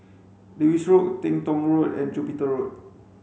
Lewis Road Teng Tong Road and Jupiter Road